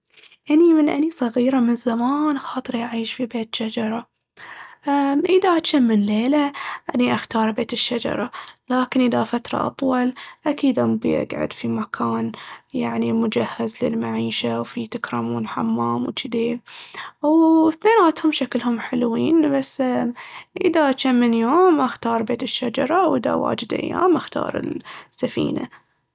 أني من أني صغيرة من زمان خاطري أعيش في بيت شجرة. امم، إذا جم من ليلة أني أختار بيت الشجرة، لكن إذا فترة أطول أكيد أمبي أقعد في مكان يعني مجهز للمعيشة وفيه تكرمون حمام وجذي. وإثنيناتهم شكلهم حلوين بس إ- إذا جم من يوم أختار بيت الشجرة، وإذا واجد أيام أختار السفينة.